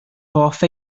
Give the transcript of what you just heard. hoff